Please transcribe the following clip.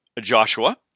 Joshua